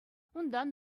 унтан